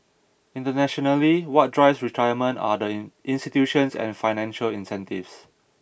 internationally what drives retirement are the in institutions and financial incentives